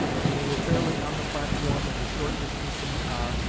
when they were fairly on the platform, and a short distance from the car,